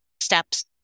steps